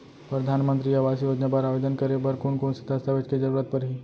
परधानमंतरी आवास योजना बर आवेदन करे बर कोन कोन से दस्तावेज के जरूरत परही?